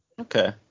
okay